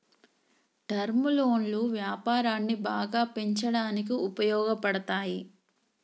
term లోన్లు వ్యాపారాన్ని బాగా పెంచడానికి ఉపయోగపడతాయి